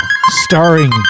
starring